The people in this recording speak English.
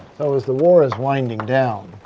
now as the war is winding down.